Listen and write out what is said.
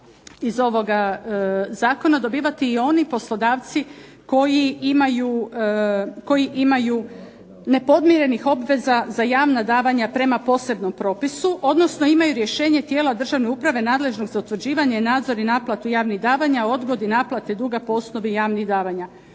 iz ovoga zakona dobivati i oni poslodavci koji imaju nepodmirenih obveza za javna davanja prema posebnom propisu, odnosno imaju rješenje tijela državne uprave nadležne za utvrđivanje, nadzor i naplatu javnih davanja o odgodi naplate duga po osnovi javnih davanja.